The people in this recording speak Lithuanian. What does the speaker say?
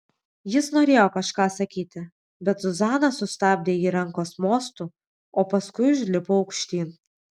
jis norėjo kažką sakyti bet zuzana sustabdė ji rankos mostu o paskui užlipo aukštyn